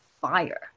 fire